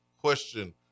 question